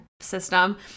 system